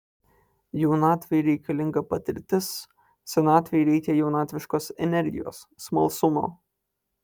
jaunatvei reikalinga patirtis senatvei reikia jaunatviškos energijos smalsumo